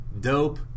dope